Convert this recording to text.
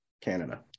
Canada